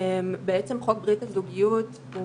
בעצם, חוק ברית הזוגיות הוא